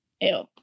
Ew